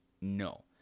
no